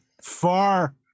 far